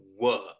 work